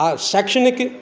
आओर शैक्षणिक